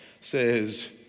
says